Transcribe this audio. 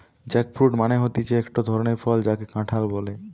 jackfruit মানে হতিছে একটো ধরণের ফল যাকে কাঁঠাল বলে